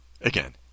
again